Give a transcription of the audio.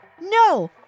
No